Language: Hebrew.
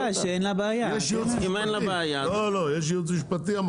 יש ייעוץ משפטי.